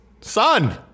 son